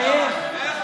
תחייך.